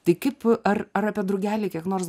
tik kaip ar ar apie drugelį kiek nors